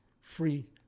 free